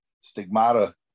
Stigmata